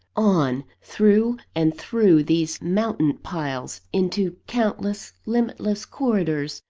on! through and through these mountain-piles, into countless, limitless corridors,